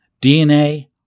DNA